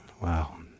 Wow